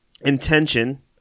intention –